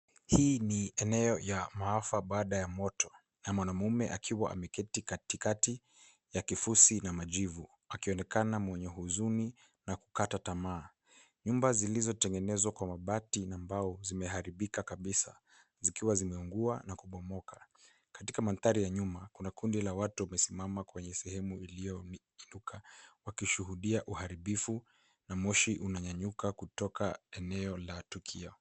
Hii ni eneo ya maafa baada ya moto, na mwanamume akiwa ameketi katikati ya kifusi na majivu. Akionekana mwenye huzuni, na kukata tamaa. Nyumba zilizotengenezwa kwa mabati na mbao, zimeharibika kabisa, zikiwa zimeungua na kubomoka. Katika mandhari ya nyuma, kuna kundi la watu wamesimama kwenye sehemu iliyoinuka. Wakishuhudia uharibifu na moshi unanyanyuka kutoka eneo la tukio.